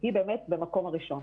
היא באמת במקום הראשון,